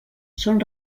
són